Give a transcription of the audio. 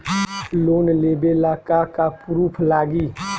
Loan लेबे ला का का पुरुफ लागि?